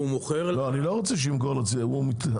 אני לא רוצה שימכור לציבור הרחב.